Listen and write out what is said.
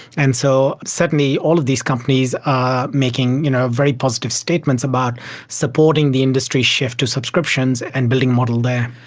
and so certainly all of these companies are making you know very positive statements about supporting the industry shift to subscriptions and building a model there.